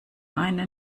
eine